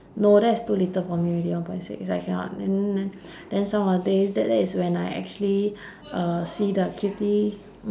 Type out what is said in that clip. no that's too little for me already one point six I cannot then then then some of the days that that's when I actually uh see the cutie